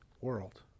world